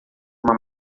uma